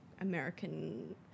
American